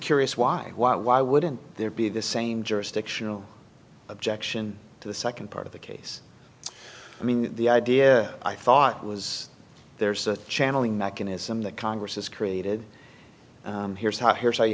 curious why why why wouldn't there be the same jurisdictional objection to the second part of the case i mean the idea i thought was there's a channeling mechanism that congress has created here's how here's how you